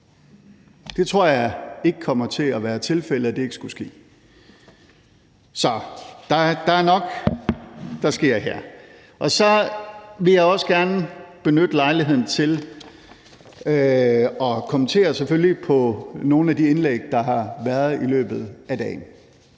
Det tror jeg ikke kommer til at være tilfældet ikke skulle ske. Så der er nok, der sker her. Så vil jeg selvfølgelig også gerne benytte lejligheden til at kommentere på nogle af de indlæg, der har været i løbet af dagen.